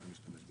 אני חייב לסיים.